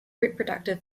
reproductive